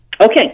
Okay